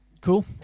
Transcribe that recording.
Cool